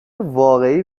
واقعی